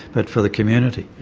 but for the community.